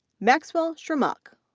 maxwell shramuk,